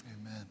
amen